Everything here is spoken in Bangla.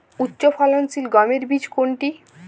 উচ্চফলনশীল গমের বীজ কোনটি?